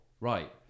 right